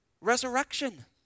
resurrection